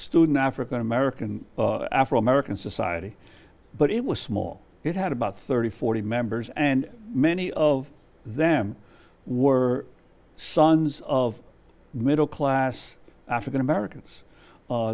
student african american afro american society but it was small it had about thirty forty members and many of them were sons of middle class african americans